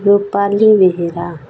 Rupali Behera